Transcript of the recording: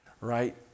Right